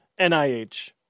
NIH